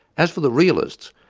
as for the realists,